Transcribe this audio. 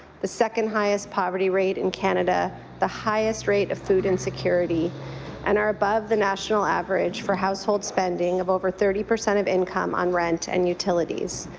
the second highest poverty rate in canada, the highest rate of food insecurity and are above the national average for household spending of over thirty percent of income on rent and utilities.